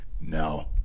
no